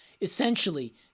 essentially